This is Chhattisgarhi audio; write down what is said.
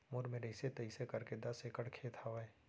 मोर मेर अइसे तइसे करके दस एकड़ खेत हवय